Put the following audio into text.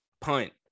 punt